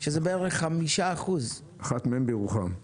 שזה בערך 5%. אחת מהן בירוחם.